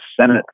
Senate